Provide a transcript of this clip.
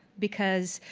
because